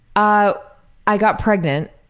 i i got pregnant.